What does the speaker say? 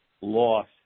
loss